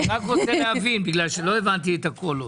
אני רק רוצה להבין, בגלל שלא הבנתי את הכול עוד.